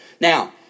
Now